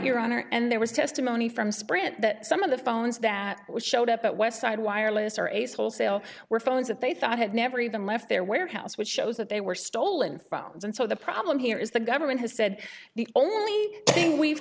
here on our end there was testimony from sprint that some of the phones that were showed up at westside wireless are ace wholesale were phones that they thought had never even left their warehouse which shows that they were stolen from and so the problem here is the government has said the only thing we've